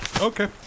Okay